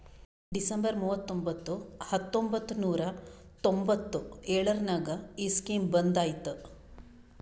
December ಮೂವತೊಂಬತ್ತು ಹತ್ತೊಂಬತ್ತು ನೂರಾ ತೊಂಬತ್ತು ಎಳುರ್ನಾಗ ಈ ಸ್ಕೀಮ್ ಬಂದ್ ಐಯ್ತ